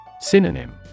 Synonym